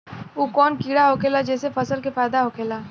उ कौन कीड़ा होखेला जेसे फसल के फ़ायदा होखे ला?